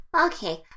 Okay